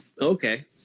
okay